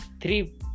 three